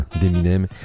d'Eminem